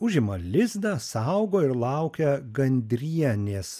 užima lizdą saugo ir laukia gandrienės